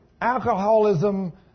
Alcoholism